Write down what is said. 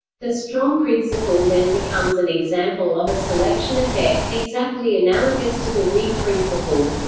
the strong principle then becomes an example of a selection effect, exactly analogous to the weak principle.